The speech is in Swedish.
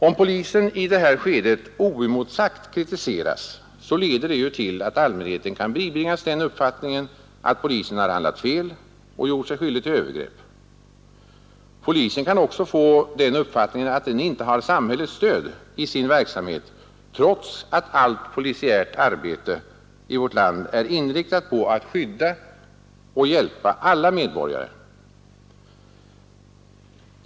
Om polisen i detta skede oemotsagt kritiseras leder det till att allmänheten kan bibringas den uppfattningen att polisen handlat fel och gjort sig skyldig till övergrepp. Polisen kan också få uppfattningen att den inte har samhällets stöd i sin verksamhet, trots att allt polisiärt arbete i vårt land är inriktat på att skydda och hjälpa alla medborgare.